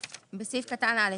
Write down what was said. בסעיף קטן (א),